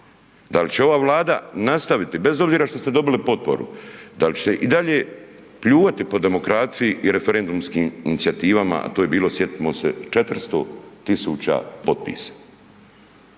Da li će ova Vlada nastaviti, bez obzira što ste dobili potporu, da li ćete i dalje pljuvati po demokraciji i referendumskim inicijativama, a to je bilo, sjetimo se, 400 tisuća potpisa.